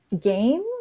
game